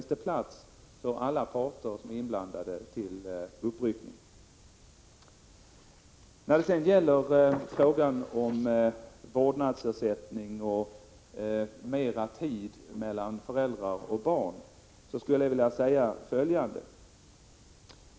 Här finns plats för uppryckning hos alla inblandade parter. När det gäller frågan om vårdnadsersättning och mera tid för samvaro mellan föräldrar och barn vill jag säga följande.